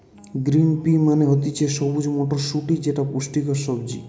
green pea মানে হতিছে সবুজ মটরশুটি যেটা পুষ্টিকর সবজি